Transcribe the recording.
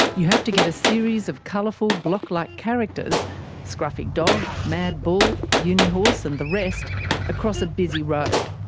you have to get a series of colourful, block-like characters scruffy dog, mad bull, unihorse and the rest across a busy road.